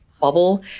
bubble